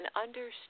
understand